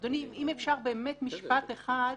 אם אפשר משפט אחד,